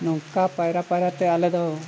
ᱱᱚᱝᱠᱟ ᱯᱟᱭᱨᱟ ᱯᱟᱭᱨᱟ ᱛᱮ ᱟᱞᱮ ᱫᱚ